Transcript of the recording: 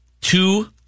two